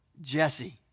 Jesse